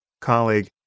colleague